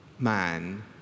man